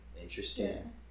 Interesting